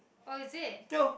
oh is it